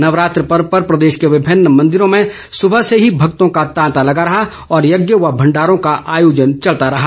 नवरात्र पर्व पर प्रदेश के विभिन्न मंदिरों में सुबह से ही भक्तों का तांता लगा रहा और यज्ञ व भंडारों का आयोजन चलता रहा